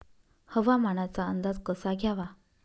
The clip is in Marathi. हवामानाचा अंदाज कसा घ्यावा?